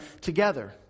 together